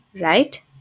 Right